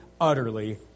utterly